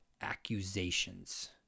accusations